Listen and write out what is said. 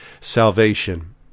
salvation